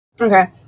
Okay